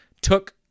took